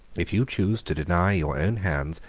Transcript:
if you choose to deny your own hands,